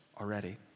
already